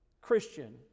Christian